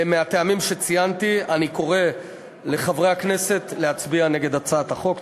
מהטעמים שציינתי אני קורא לחברי הכנסת להצביע נגד הצעת החוק.